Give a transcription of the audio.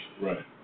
Right